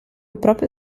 proprio